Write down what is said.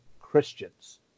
Christians